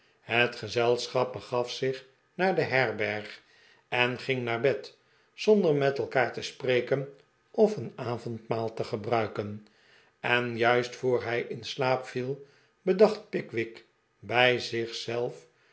het gezelschap begaf zich naar de herberg en ging naar bed zonder met elkaar te spreken of een avondmaal te gebruiken en juist voor hij in slaap viel dacht pickwick bij